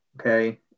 Okay